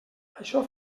això